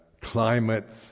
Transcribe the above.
climates